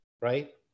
right